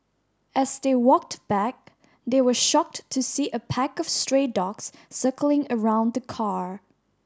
as they walked back they were shocked to see a pack of stray dogs circling around the car